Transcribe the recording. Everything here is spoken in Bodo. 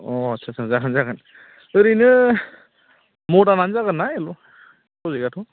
अ आदसा आदसा जागोन जागोन ओरैनो मडार्नआनो जागोनना एल' प्र'जेक्टआथ'